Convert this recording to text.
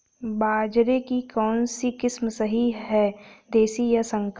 बाजरे की कौनसी किस्म सही हैं देशी या संकर?